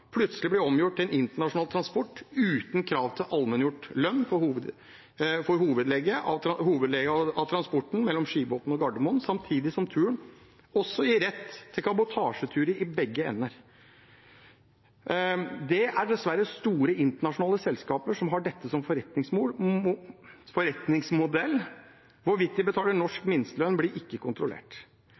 plutselig blir omgjort til en internasjonal transport uten krav til allmenngjort lønn for hoveddelen av transporten mellom Skibotn og Gardermoen, samtidig som turen også gir rett til kabotasjeturer i begge ender. Det er dessverre store internasjonale selskaper som har dette som forretningsmodell. Hvorvidt de betaler norsk minstelønn, blir ikke kontrollert.